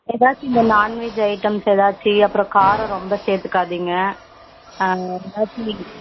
எதாச்சி இந்த non veg items எதாச்சி அப்புறம் காரம் ரொம்ப சேர்த்துக்காதிங்க எதாச்சு